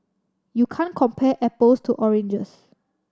you can't compare apples to oranges